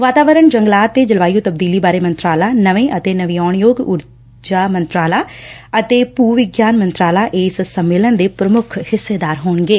ਵਾਤਾਵਰਨ ਜੰਗਲਾਤ ਤੇ ਜਲਵਾਯੁ ਤਬਦੀਲੀ ਬਾਰੇ ਮੰਤਰਾਲਾ ਨਵੇਂ ਅਤੇ ਨਵਿਆਉਣ ਯੋਗ ਉਰਜਾ ਮੰਤਰਾਲਾ ਅਤੇ ਭੁ ਵਿਗਿਆਨ ਮੰਤਰਾਲਾ ਇਸ ਸੰਮੇਲਨ ਦੇ ਪ੍ਰਮੁੱਖ ਹਿੱਸੇਦਾਰ ਹੋਣਗੇ